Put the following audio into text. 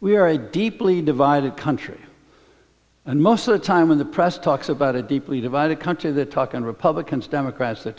we are a deeply divided country and most of the time when the press talks about a deeply divided country the talk and republicans democrats th